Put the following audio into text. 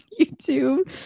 YouTube